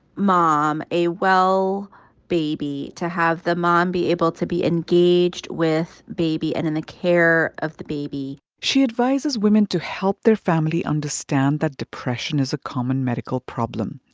mom, a well baby, to have the mom be able to be engaged with baby and in the care of the baby she advises women to help their family understand that depression is a common medical problem.